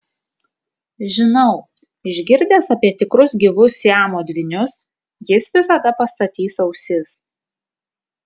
žinau išgirdęs apie tikrus gyvus siamo dvynius jis visada pastatys ausis